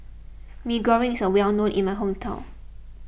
Mee Goreng is well known in my hometown